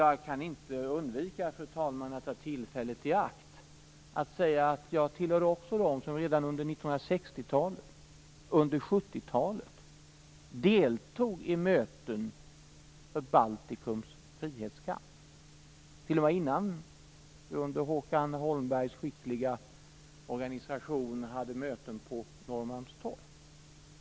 Jag kan inte undvika att ta tillfället i akt att säga att också jag hör till dem som redan under 1960-talet och 1970-talet deltog i möten för Baltikums frihetskamp. Det var t.o.m. innan Håkan Holmbergs skickliga organisation hade möten på Norrmalmstorg.